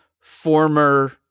former